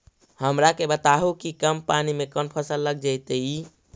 हमरा के बताहु कि कम पानी में कौन फसल लग जैतइ?